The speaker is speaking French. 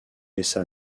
laissa